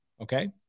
Okay